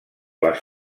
les